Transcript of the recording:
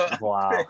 Wow